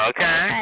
Okay